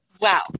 Wow